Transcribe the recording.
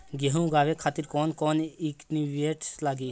गेहूं उगावे खातिर कौन कौन इक्विप्मेंट्स लागी?